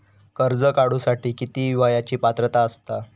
कर्ज काढूसाठी किती वयाची पात्रता असता?